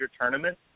Tournament